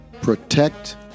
protect